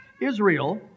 Israel